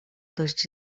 dość